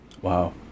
Wow